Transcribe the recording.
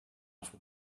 with